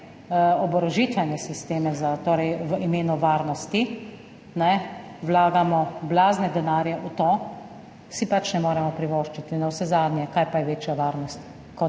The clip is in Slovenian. oborožitvene sisteme v imenu varnosti, vlagamo blazne denarje v to, si pač ne moremo privoščiti. Navsezadnje, kaj pa je večja varnost kot